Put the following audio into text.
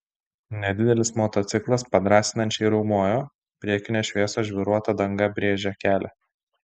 nedidelis motociklas padrąsinančiai riaumojo priekinės šviesos žvyruota danga brėžė kelią